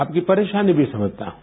आपकी परेशानी भी समझता हूं